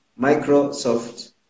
Microsoft